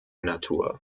natur